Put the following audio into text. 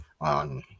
on